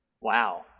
Wow